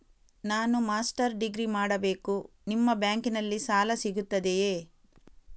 ನಾನು master degree ಮಾಡಬೇಕು, ನಿಮ್ಮ ಬ್ಯಾಂಕಲ್ಲಿ ಸಾಲ ಸಿಗುತ್ತದೆಯೇ?